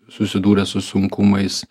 susidūrė su sunkumais